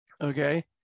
okay